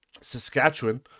Saskatchewan